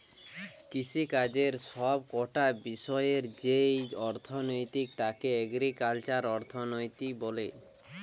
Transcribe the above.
কৃষিকাজের সব কটা বিষয়ের যেই অর্থনীতি তাকে এগ্রিকালচারাল অর্থনীতি বলে